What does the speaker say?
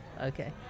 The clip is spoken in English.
Okay